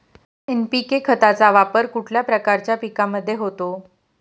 NPK खताचा वापर कुठल्या प्रकारच्या पिकांमध्ये होतो?